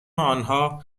آنها